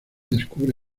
descubre